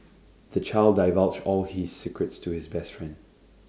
the child divulged all his secrets to his best friend